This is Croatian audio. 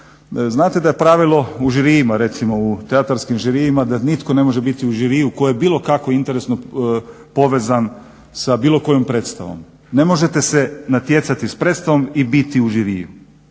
žirijima, recimo u teatarskim žirijima da nitko ne može biti u žiriju tko je bilo kako interesno povezan sa bilo kojom predstavom. Ne možete se natjecati s predstavom i biti u žiriju